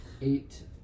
eight